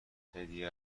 هدیه